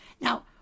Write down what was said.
now